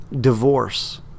divorce